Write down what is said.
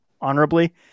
Honorably